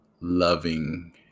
loving